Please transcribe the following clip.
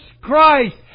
Christ